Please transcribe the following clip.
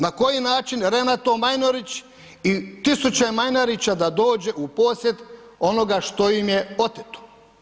Na koji način Renato Majnarić i tisuće Majnarića da dođe u posjed onoga što im je oteto?